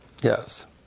yes